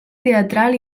teatral